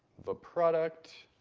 the product.